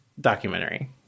documentary